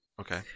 Okay